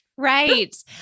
Right